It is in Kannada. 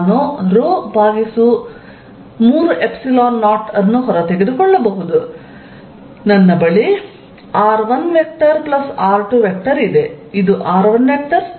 ನಾನು 30 ಅನ್ನು ಹೊರ ತೆಗೆದುಕೊಳ್ಳಬಹುದು ನನ್ನ ಬಳಿ r1r2 ಇದೆ ಇದು r1 ವೆಕ್ಟರ್ ಇದು r2 ವೆಕ್ಟರ್